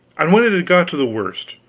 and when it had got to the worst,